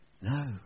No